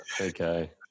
Okay